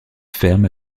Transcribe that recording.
ferme